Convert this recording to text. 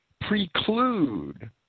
preclude